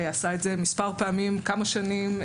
שעשה את זה מספר פעמים במשך כמה שנים,